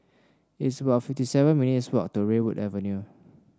it's about fifty seven minutes' walk to Redwood Avenue